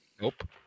Nope